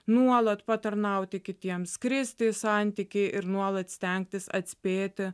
nuolat patarnauti kitiems skristi į santykį ir nuolat stengtis atspėti